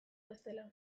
bestela